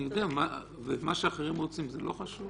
אני יודע, ומה שאחרים רוצים זה לא חשוב?